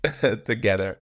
together